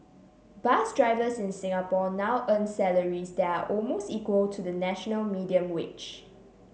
bus drivers in Singapore now earn salaries that are almost equal to the national median wage